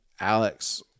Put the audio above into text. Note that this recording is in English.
Alex